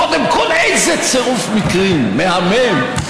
קודם כול, איזה צירוף מקרים מהמם.